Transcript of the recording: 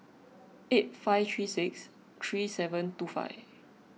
eight five three six three seven two five